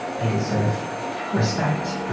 i deserve respect.